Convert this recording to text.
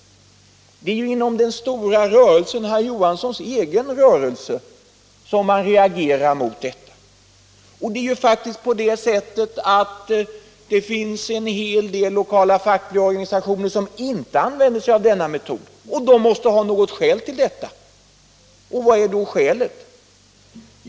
Det är ju inom den stora rörelsen — herr Johanssons egen rörelse - som man reagerar mot detta. Faktum är också att det finns en hel del lokala fackliga organisationer som inte använder sig av denna metod, och de måste ha något skäl för detta. Vad är då skälet?